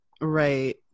right